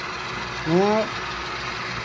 ᱱᱚᱶᱟ